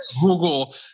Google